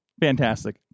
Fantastic